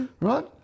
Right